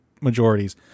majorities